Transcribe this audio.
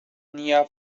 nya